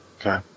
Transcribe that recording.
Okay